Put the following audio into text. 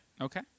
okay